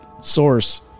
source